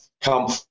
come